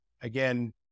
again